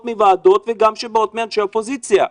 מוועדות וגם כשהן באות מאנשי אופוזיציה.